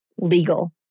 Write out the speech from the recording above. legal